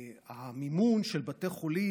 המימון של בתי חולים,